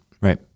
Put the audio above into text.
Right